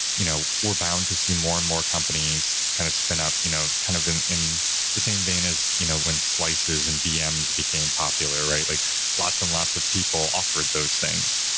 you know we're bound to see more and more companies kind of spin up you know kind of in the same vein as you know when slices and vms became popular right, like lots and lots of people offered those things.